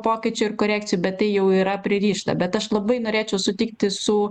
pokyčių ir korekcijų bet tai jau yra pririšta bet aš labai norėčiau sutikti su